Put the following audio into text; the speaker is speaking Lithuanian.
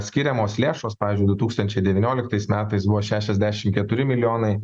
skiriamos lėšos pavyzdžiui du tūkstančiai devynioliktais metais buvo šešiasdešimt keturi milijonai